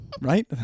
right